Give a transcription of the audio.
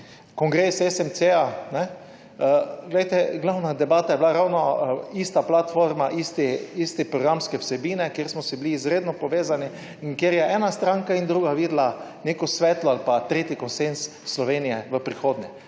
kongres SMC, glavna debata je bila ravno ista platforma, iste programske vsebine, kjer smo si bili izredno povezani in kjer je ena stranka in druga videla neko svetlo [prihodnost] ali pa tretji konsenz Slovenije v prihodnje.